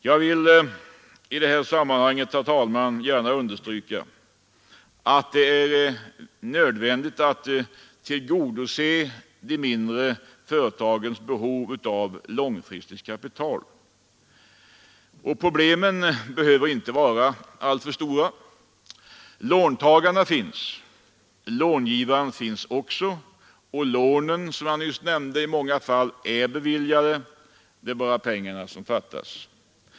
Jag vill i det här sammanhanget, herr talman, gärna understryka att det är nödvändigt att tillgodose de mindre företagens behov av långfristigt kapital. Problemen behöver inte vara alltför stora: låntagarna finns, långivaren finns också och lånen är som jag nyss nämnde beviljade. Det är bara pengarna som fattas.